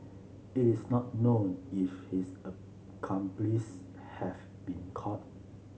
it is not known if his accomplice have been caught